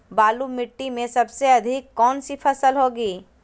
बालू मिट्टी में सबसे अधिक कौन सी फसल होगी?